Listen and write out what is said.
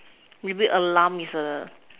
maybe alarm is a